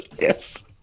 Yes